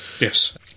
Yes